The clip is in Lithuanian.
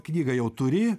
knygą jau turi